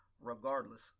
regardless